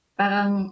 parang